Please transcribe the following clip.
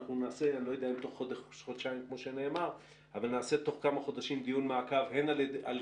אני לא יודע אם נקיים דיון תוך חודש-חודשיים כמו שנאמר,